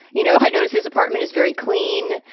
you know, i notice his apartment is very clean.